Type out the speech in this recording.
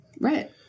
Right